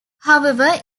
however